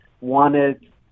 wanted